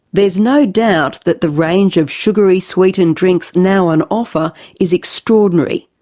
there's no doubt that the range of sugary sweetened drinks now on offer is extraordinary,